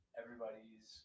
everybody's